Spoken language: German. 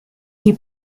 die